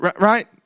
right